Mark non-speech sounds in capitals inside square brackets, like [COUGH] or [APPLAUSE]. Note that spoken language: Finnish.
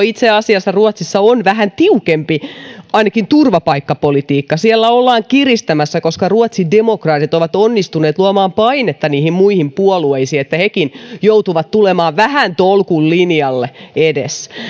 [UNINTELLIGIBLE] itse asiassa ruotsissa on päinvastoin vähän tiukempi ainakin turvapaikkapolitiikka siellä ollaan kiristämässä koska ruotsidemokraatit ovat onnistuneet luomaan painetta muihin puolueisiin että hekin joutuvat tulemaan edes vähän tolkun linjalle